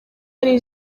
ari